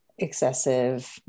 excessive